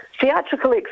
theatrical